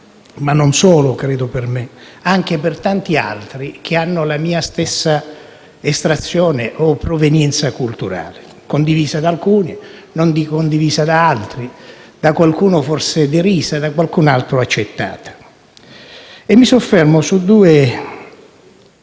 siano solo per me, ma anche per tanti altri, che hanno la mia stessa estrazione o provenienza culturale, condivisa da alcuni, non condivisa da altri, da qualcuno forse derisa e da qualcun altro accettata. Mi soffermo su due